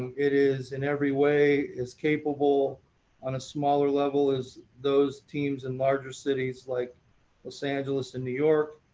it is in every way as capable on a smaller level as those teams in larger cities like los angeles and new york.